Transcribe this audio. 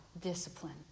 discipline